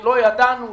לא ידענו,